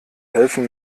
helfen